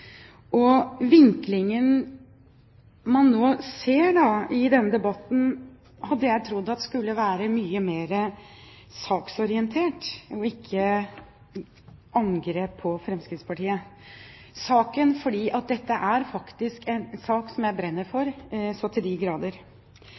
Vinklingen man nå ser i denne debatten, hadde jeg trodd skulle vært mye mer saksorientert, og ikke angrep på Fremskrittspartiet, for dette er virkelig en sak som jeg brenner for,